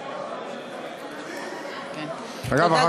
אגב,